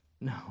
No